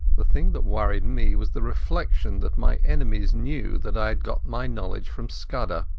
the thing that worried me was the reflection that my enemies knew that i had got my knowledge from scudder,